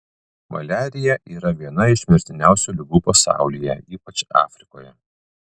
maliarija yra viena iš mirtiniausių ligų pasaulyje ypač afrikoje